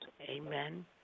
amen